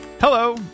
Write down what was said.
Hello